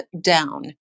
down